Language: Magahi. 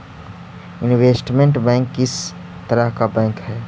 इनवेस्टमेंट बैंक किस तरह का बैंक हई